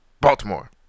Baltimore